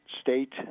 state